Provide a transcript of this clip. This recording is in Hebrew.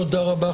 תודה רבה.